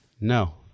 No